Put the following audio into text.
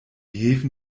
häfen